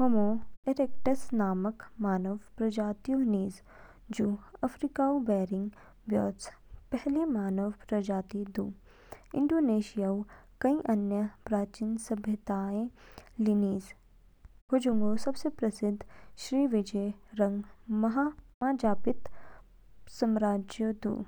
होमो erectus नामक मानव प्रजातिऊ निज, जू अफ्रीकाऊ बैरंग बयूच पहली मानव प्रजाति दू। इंडोनेशियाऊ कई अन्य प्राचीन सभ्यताएं ली निज, हुजूगो सबसे प्रसिद्ध श्रीविजय रंग माजापहित साम्राज्य दू।